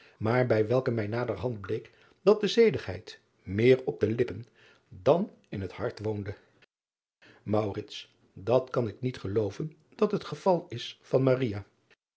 maar bij welke mij naderhand bleek dat de zedigheid meer op de lippen dan in het hart woonde driaan oosjes zn et leven van aurits ijnslager at kan ik niet gelooven dat het geval is van